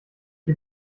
die